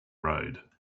road